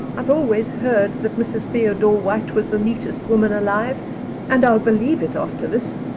i've always heard that mrs. theodore white was the neatest woman alive and i'll believe it after this,